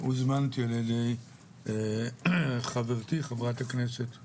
הוזמנתי על ידי חברתי, חברת הכנסת בזק,